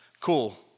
cool